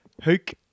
hook